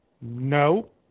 no